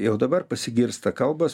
jau dabar pasigirsta kalbos